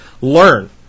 learn